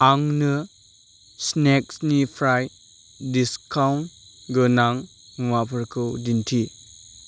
आंनो स्नेक्सनिफ्राय डिसकाउन्ट गोनां मुवाफोरखौ दिन्थि